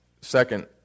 second